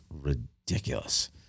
Ridiculous